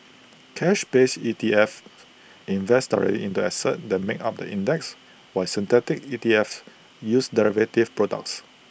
cash based E T F invest directly in the assets that make up the index while synthetic ETFs use derivative products